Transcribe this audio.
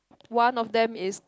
one of them is